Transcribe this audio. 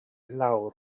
lawr